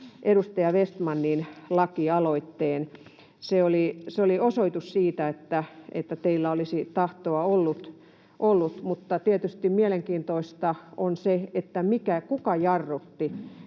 edustaja Vestmanin lakialoitteen. Se oli osoitus siitä, että teillä olisi tahtoa ollut. Mutta tietysti mielenkiintoista on se, mikä, kuka jarrutti,